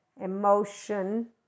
emotion